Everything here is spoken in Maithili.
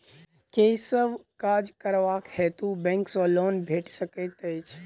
केँ सब काज करबाक हेतु बैंक सँ लोन भेटि सकैत अछि?